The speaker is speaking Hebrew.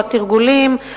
או התרגולים,